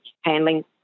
handling